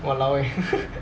!walao! eh